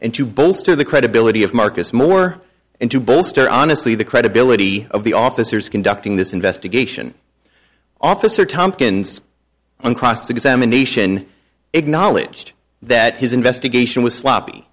and to bolster the credibility of marcus moore and to bolster honestly the credibility of the officers conducting this investigation officer tompkins on cross examination acknowledged that his investigation was sloppy